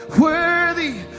worthy